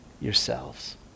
yourselves